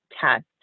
test